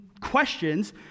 questions